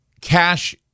cash